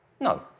No